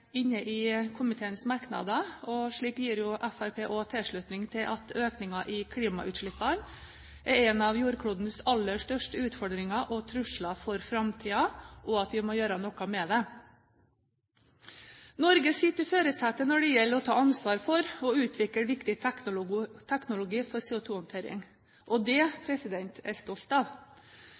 inne i komiteens merknader. Slik gir Fremskrittspartiet også tilslutning til at økningen i klimautslippene er en av jordklodens aller største utfordringer og trusler for framtiden, og at vi må gjøre noe med det. Norge sitter i førersetet når det gjelder å ta ansvar for å utvikle viktig teknologi for CO2-håndtering, og det er jeg stolt av.